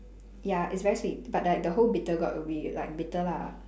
ya it's very sweet but like the whole bitter gourd will be like bitter lah